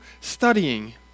studying